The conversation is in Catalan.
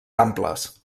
amples